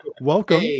Welcome